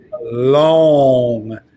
long